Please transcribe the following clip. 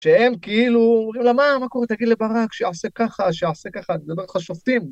שהם כאילו אומרים לו מה? מה קורה? תגיד לברק שיעשה ככה, שיעשה ככה. אני מדבר איתך שופטים